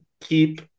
keep